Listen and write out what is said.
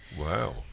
Wow